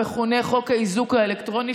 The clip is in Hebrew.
המכונה "חוק האיזוק האלקטרוני",